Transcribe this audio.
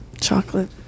chocolate